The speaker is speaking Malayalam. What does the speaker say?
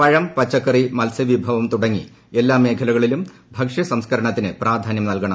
പഴം പച്ചക്കറി മത്സ്യവിഭവം തുടങ്ങി എല്ലാ മേഖലകളിലും ഭക്ഷ്യസംസ്കരണത്തിന് പ്രാധാന്യം നൽകണം